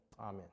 Amen